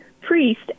priest